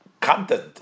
content